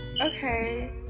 Okay